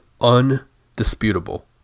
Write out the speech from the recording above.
undisputable